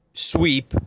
sweep